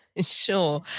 Sure